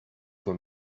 for